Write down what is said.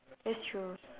that's true